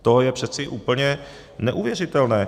To je přeci úplně neuvěřitelné.